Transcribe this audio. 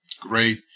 Great